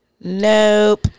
Nope